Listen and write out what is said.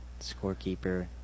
Scorekeeper